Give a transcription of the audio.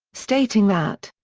stating that.